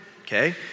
okay